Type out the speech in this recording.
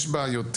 יש בה יותר